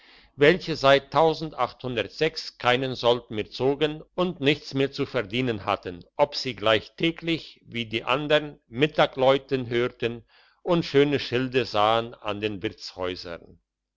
welche seit keinen sold mehr zogen und nichts mehr zu verdienen hatten ob sie gleich täglich wie die andern mittag läuten hörten und schöne schilde sahen an den